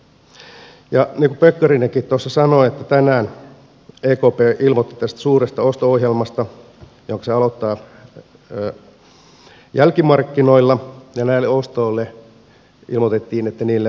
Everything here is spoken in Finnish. niin kuin pekkarinenkin tuossa sanoi tänään ekp ilmoitti tästä suuresta osto ohjelmasta jonka se aloittaa jälkimarkkinoilla ja ilmoitettiin että näille ostoille ei ole mitään ylärajaa